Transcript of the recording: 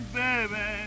baby